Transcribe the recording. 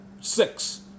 Six